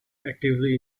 actively